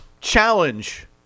challenge